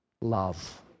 love